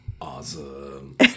Awesome